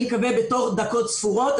אקבל בתוך דקות ספורות את התשובה.